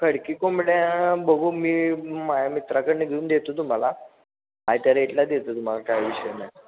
खडकी कोंबड्या बघू मी माझ्या मित्राकडनं घेऊन देतो तुम्हाला आहे त्या रेटला देतो तुम्हाला काय विषय नाही